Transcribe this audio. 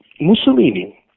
Mussolini